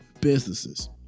businesses